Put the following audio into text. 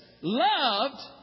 loved